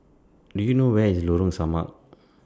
Do YOU know Where IS Lorong Samak